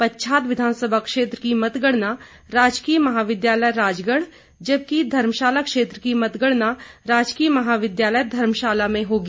पच्छाद विधानसभा क्षेत्र की मतगणना राजकीय महाविद्यालय राजगढ़ जबकि धर्मशाला क्षेत्र की मतगणना राजकीय महाविद्यालय धर्मशाला में होगी